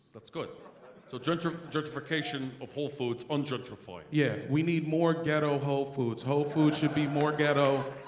that's good so gentrification gentrification of whole foods ungentrified. yeah, we need more ghetto whole foods. whole foods should be more ghetto,